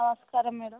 నమస్కారం మ్యాడమ్